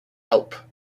help